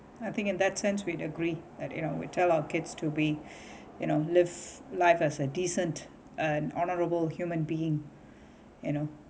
I think in that sense we agree that you know we tell our kids to be you know live life as a decent and honorable human being you know